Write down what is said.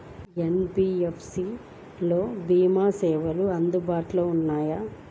NBFC లలో భీమా సేవలు అందుబాటులో ఉంటాయా?